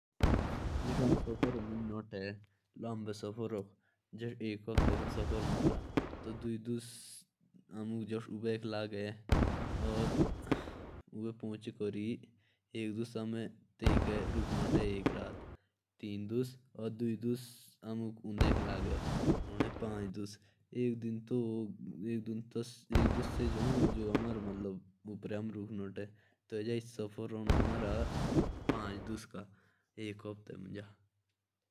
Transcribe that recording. जैसे हम कभी कही घूमने जाते हैं। तो उस सफर में हमें खाने की व्यवस्था साथ ले जानी चाहिए। क्योंकि कहीं भी भूख लग सकती है।